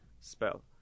spell